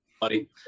buddy